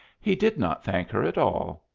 he did not thank her at all.